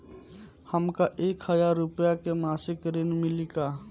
हमका एक हज़ार रूपया के मासिक ऋण मिली का?